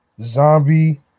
zombie